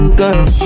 girl